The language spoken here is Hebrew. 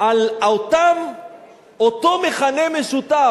על אותו מכנה משותף.